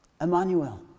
Emmanuel